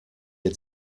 had